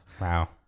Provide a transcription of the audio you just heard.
Wow